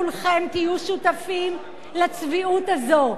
כולכם תהיו שותפים לצביעות הזאת,